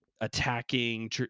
attacking